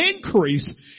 increase